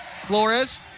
Flores